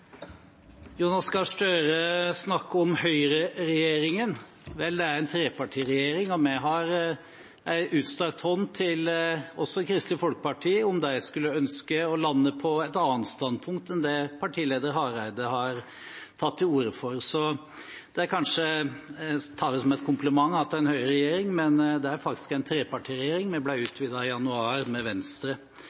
Jonas Gahr Støre snakker om Høyre-regjeringen. Det er en trepartiregjering, og vi har en utstrakt hånd også til Kristelig Folkeparti – om de skulle ønske å lande på et annet standpunkt enn det partileder Hareide har tatt til orde for. Man kan kanskje ta som en kompliment at det snakkes om en Høyre-regjering, men det er faktisk en trepartiregjering. Den ble utvidet i januar, med Venstre.